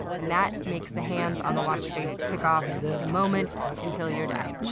and that makes the hands on the watch face tick off the moment until your death.